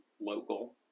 local